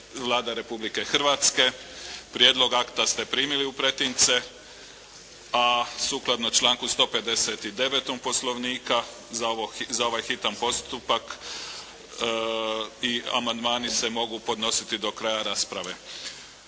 Vlada Republike Hrvatske. Prijedlog akta ste primili u pretince. A sukladno članku 159. Poslovnika za ovaj hitni postupak i amandmani se mogu podnositi do kraja rasprave.